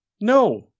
No